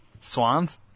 Swans